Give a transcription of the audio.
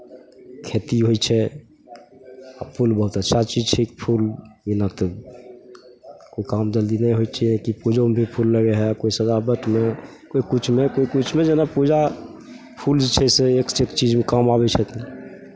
खेती होइ छै फूल बहुत अच्छा चीज छी फूल बिना तऽ कोइ काम जल्दी नहि होइ छियै कि पूजोमे भी फूल लगै हइ कोइ सजावट मे कोइ किछुमे कोइ किछुमे जेना पूजा फूल जे छै से एकसँ एक चीजमे काम आबै छथि